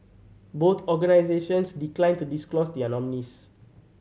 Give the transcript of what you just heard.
both organisations declined to disclose their nominees